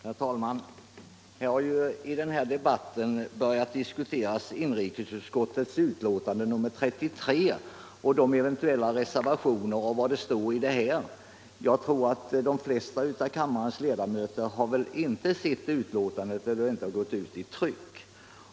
Herr talman! Man har i den här debatten börjat diskutera inrikesutskottets betänkande nr 33 och eventuella reservationer. Jag tror att de flesta av kammarens ledamöter inte har sett betänkandet, eftersom det inte har gått ut i tryck.